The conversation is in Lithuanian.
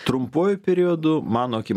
trumpuoju periodu mano akim